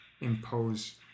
impose